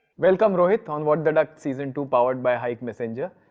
welcome, rohit, on what the duck season two. powered by hike messenger.